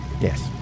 Yes